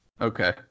Okay